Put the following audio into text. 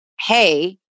hey